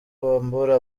bambura